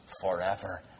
forever